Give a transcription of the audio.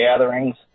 gatherings